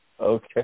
Okay